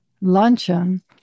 luncheon